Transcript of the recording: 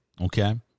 Okay